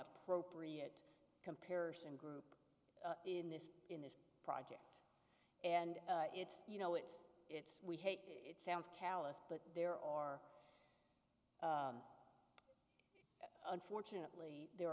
appropriate comparison group in this in this project and it's you know it's it's we hate it sounds callous but there are unfortunately there